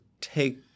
take